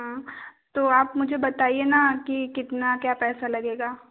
हाँ तो आप मुझे बताइए ना की कितना क्या पैसा लगेगा